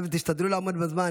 חבר'ה, תשתדלו לעמוד בזמן.